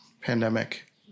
pandemic